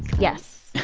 yes.